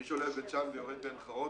מי שעולה בבית-שאן, ויורד בעין חרוד.